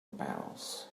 pals